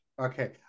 Okay